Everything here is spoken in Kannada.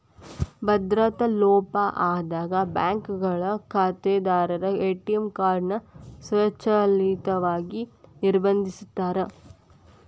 ಭದ್ರತಾ ಲೋಪ ಆದಾಗ ಬ್ಯಾಂಕ್ಗಳು ಖಾತೆದಾರರ ಎ.ಟಿ.ಎಂ ಕಾರ್ಡ್ ನ ಸ್ವಯಂಚಾಲಿತವಾಗಿ ನಿರ್ಬಂಧಿಸಿರ್ತಾರ